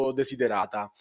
desiderata